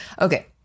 Okay